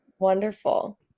wonderful